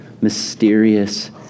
mysterious